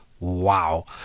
wow